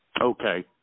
Okay